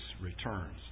returns